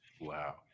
Wow